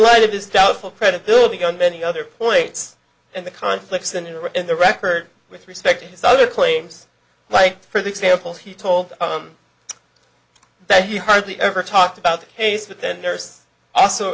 light of his doubtful credibility on many other points and the conflicts in iraq and the record with respect to his other claims like for example he told that he hardly ever talked about the case but then there's also